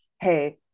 hey